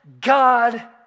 God